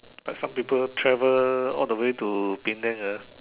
like some people travel all the way to Penang ah